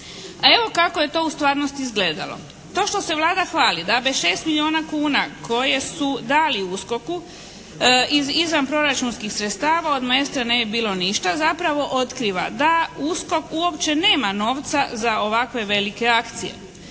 A evo kako je to u stvarnosti izgledalo. To što se Vlada hvali da bez 6 milijuna kuna koje su dali USKOK-u iz izvan proračunskih sredstava od "Maestra" ne bi bilo ništa zapravo otkriva da USKOK uopće nema novca za ovakve velike akcije.